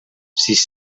sis